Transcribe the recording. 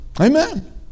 Amen